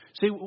See